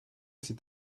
c’est